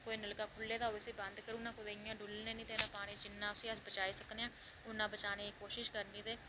कोई नलका खुह्ल्ले दा होऐ उसी बंद करी ओड़ना इ'यां डुह्ल्लने निं देना पानी जिन्ना उसी अस बचाई सकने आं उन्नी बचानेंदी कोशिश करनी ते